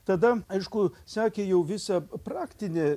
tada aišku sekė jau visa praktinė